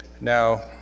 Now